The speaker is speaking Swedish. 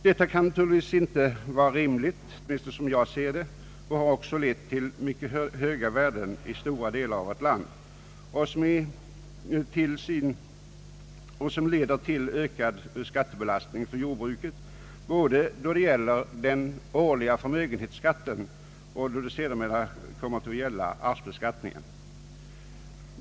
Detta kan naturligtvis inte vara rimligt, åtminstone som jag ser det, och har också lett till mycket höga värden i stora delar av vårt land och till ökad skattebelastning för jordbruket, både då det gäller den årliga förmögenhetsskatten och sedermera arvsbeskattningen.